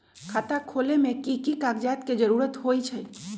खाता खोले में कि की कागज के जरूरी होई छइ?